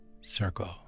circle